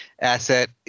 asset